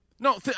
No